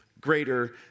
greater